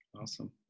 awesome